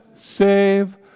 Save